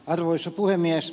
arvoisa puhemies